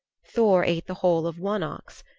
thor ate the whole of one ox.